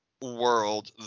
world